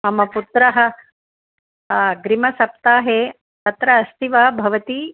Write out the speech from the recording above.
मम पुत्रः अग्रिमसप्ताहे तत्र अस्ति वा भवती